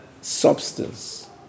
substance